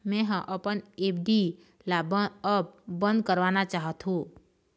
मै ह अपन एफ.डी ला अब बंद करवाना चाहथों